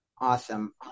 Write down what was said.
Awesome